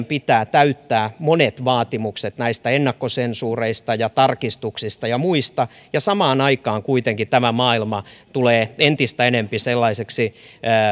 pitää täyttää monet vaatimukset ennakkosensuureista ja tarkistuksista ja muista ja samaan aikaan kuitenkin tämä maailma tulee entistä enemmän sellaiseksi